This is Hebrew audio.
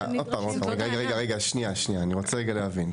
רגע שניה אני רוצה להבין.